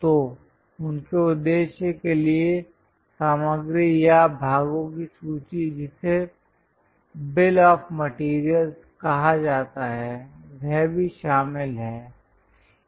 तो उनके उद्देश्य के लिए सामग्री या भागों की सूची जिसे बिल आफ मैटेरियलस् कहा जाता है वह भी शामिल है